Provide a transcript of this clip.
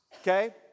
okay